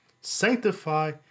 sanctify